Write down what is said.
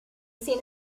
seen